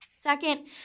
Second